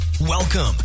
Welcome